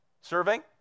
serving